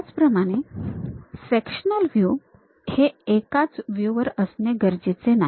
त्याचप्रमाणे sectional view हे एकाच व्ह्यू वर असणे गरजेचे नाही